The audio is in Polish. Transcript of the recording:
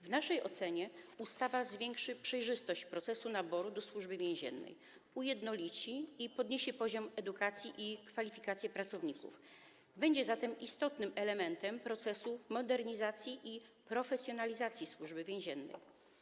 W naszej ocenie ustawa zwiększy przejrzystość procesu naboru do Służby Więziennej, podniesie poziom edukacji i ujednolici kwalifikacje pracowników, będzie zatem istotnym elementem procesu modernizacji i profesjonalizacji Służby Więziennej.